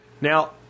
Now